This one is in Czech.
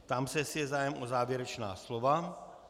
Ptám se, jestli je zájem o závěrečná slova.